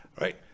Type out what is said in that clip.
right